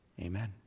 Amen